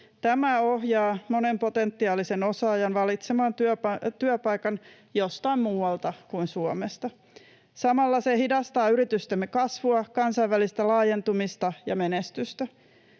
Tämä ohjaa monen potentiaalisen osaajan valitsemaan työpaikan jostain muualta kuin Suomesta. Samalla se hidastaa yritystemme kasvua, kansainvälistä laajentumista ja menestystä.